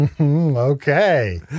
Okay